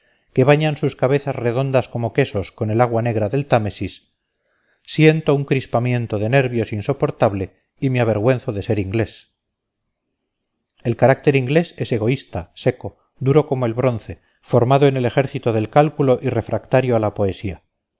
que bañan sus cabezas redondas como quesos con el agua negra del támesis siento un crispamiento de nervios insoportable y me avergüenzo de ser inglés el carácter inglés es egoísta seco duro como el bronce formado en el ejército del cálculo y refractario a la poesía